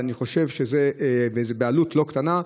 ואני חושב שזה בעלות לא קטנה.